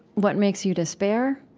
what makes you despair,